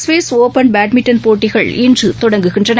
Swiss open badminton போட்டிகள் இன்றதொடங்குகின்றன